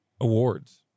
awards